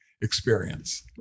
experience